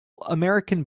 american